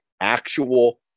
actual